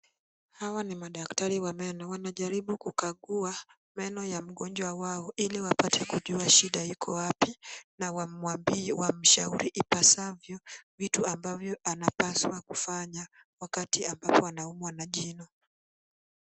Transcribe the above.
Hawa ni madaktari wa meno wanajaribu kukagua meno ya mgonjwa wao ili wapate shida Iko wapi na wamshauri ipasavyo vitu ambavyo anapaswa kufanya wakati ambapo anaumwa na jino.